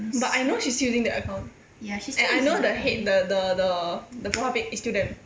but I know she's still using the account and I know the head the the the the profile pic is still them